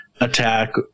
attack